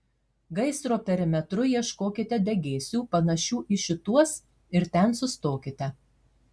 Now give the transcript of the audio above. gaisro perimetru ieškokite degėsių panašių į šituos ir ten sustokite